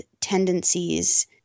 tendencies